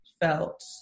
felt